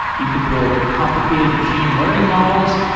you could build complicated machine learning models.